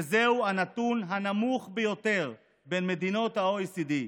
וזהו הנתון הנמוך ביותר במדינות ה-OECD.